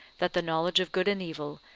that the knowledge of good and evil,